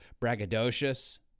braggadocious